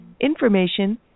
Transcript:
information